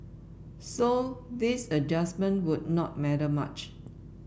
so this adjustment would not matter much